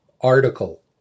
article